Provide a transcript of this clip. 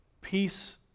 peace